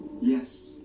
Yes